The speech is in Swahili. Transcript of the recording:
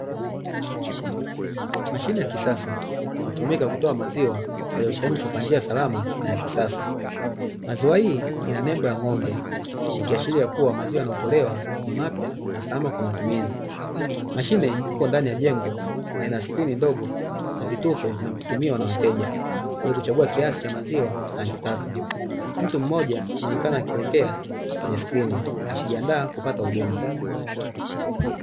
Mashine ya kisasa inayotumika kutoa maziwa yaliochemshwa kwa njia salama na ya kisasa. Maziwa hii ina nembo ya ng'ombe, ikiashiria kuwa maziwa yanayotolewa ni mapya na salama kwa matumizi. Mashine iko ndani ya jengo na ina skrini ndogo na vitufe vinavyotumiwa na wateja, ili kuchagua kiasi cha maziwa anachotaka. Mtu mmoja anaonekana akielekea kwenye skrini akijiandaa kupata huduma.